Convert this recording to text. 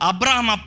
Abraham